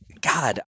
God